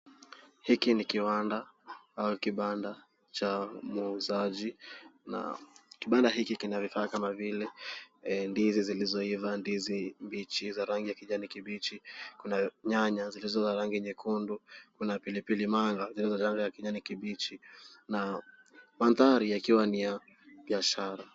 Hiki ni kiwanda au kibanda cha muuzaji na kibanda hiki kina vifaa kama vile ndizi zilizoiva, ndizi mbichi za rangi ya kijani kibichi, kuna nyanya zilizo za rangi nyekundu, kuna pilipili manga zilizo za rangi ya kijani kibichi na mandhari yakiwa ni ya biashara.